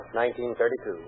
1932